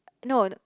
no